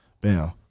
Bam